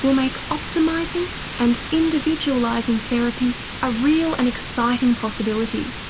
will make optimising and individualising therapy a real and exciting possibility,